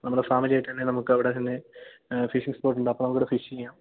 നമ്മുടെ ഫാമിലിയായിട്ട് തന്നെ നമുക്ക് അവിടെ തന്നെ ഫിഷിങ് സ്പോട്ടൊണ്ട് അപ്പം അവിടെ ഫിഷ് ചെയ്യാം